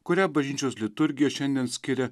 kurią bažnyčios liturgija šiandien skiria